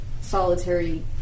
solitary